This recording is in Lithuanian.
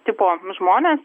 tipo žmonės